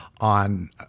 on